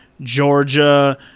Georgia